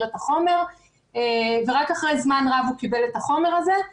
את החומר ורק אחרי זמן רב הוא קיבל את החומר הזה.